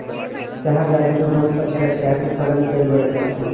चाहक गाछी में बहुत प्रकारक चायक उत्पादन कयल जाइत अछि